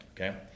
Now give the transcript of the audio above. okay